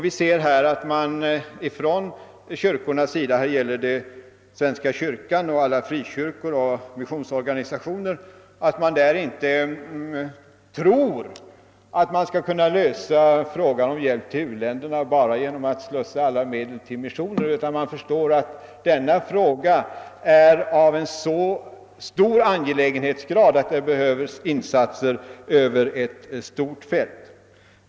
Vi ser här att man från kyrkornas sida — här gäller det svenska kyrkan, frikyrkor och missionsorganisationer — inte tror att man skall kunna lösa frågan om hjälp till u-länderna bara genom att slussa alla medel till missionen, utan man förstår att denna fråga är av en sådan angelägenhetsgrad att det behövs insatser över ett stort fält.